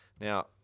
Now